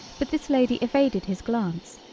but this lady evaded his glance,